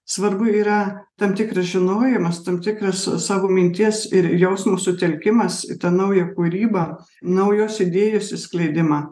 svarbu yra tam tikras žinojimas tam tikras savo minties ir jausmo sutelkimas į tą naują kūrybą naujos idėjos išskleidimą